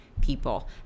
people